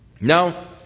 Now